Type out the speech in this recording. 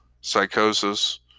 psychosis